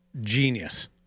genius